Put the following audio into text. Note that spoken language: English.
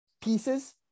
pieces